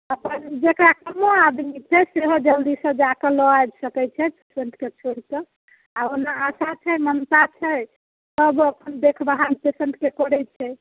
अपन जेकरा कमो आदमी छै सेहो जल्दीसँ जाके लऽ आबि सकैत छै पेसेंटके छोड़िके आ ओना आशा छै ममता छै सब अपन देखभाल पेसेंटके करैत छै